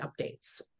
updates